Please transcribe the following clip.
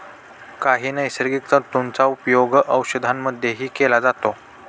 काही नैसर्गिक तंतूंचा उपयोग औषधांमध्येही केला जातो